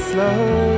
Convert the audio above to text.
Slow